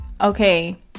okay